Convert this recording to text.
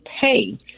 pay